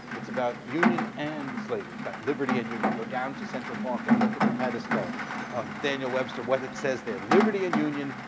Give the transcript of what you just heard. it's about union and slavery. it's about liberty and union. go down to central park and look at the pedestal of daniel webster, what it says there. liberty and union,